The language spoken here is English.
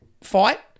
fight